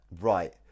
right